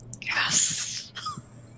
Yes